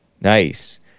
Nice